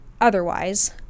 Otherwise